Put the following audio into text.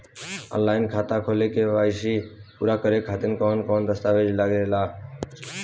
Online खाता खोले में के.वाइ.सी पूरा करे खातिर कवन कवन दस्तावेज लागे ला?